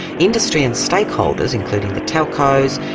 industry and stakeholders, including the telcos,